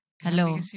Hello